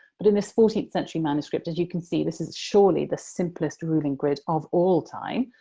but in this fourteenth century manuscript, as you can see, this is surely the simplest ruling grid of all time.